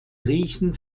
riechen